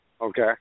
Okay